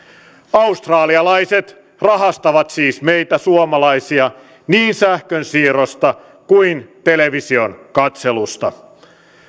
australialaiset siis rahastavat meitä suomalaisia niin sähkönsiirrosta kuin television katselusta